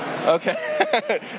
Okay